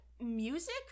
music